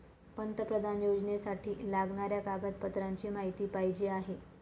पंतप्रधान योजनेसाठी लागणाऱ्या कागदपत्रांची माहिती पाहिजे आहे